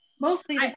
Mostly